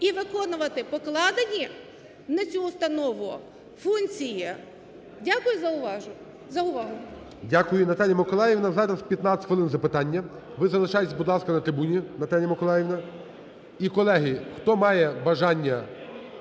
і виконувати покладені на цю установу функції. Дякую за увагу.